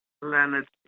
planet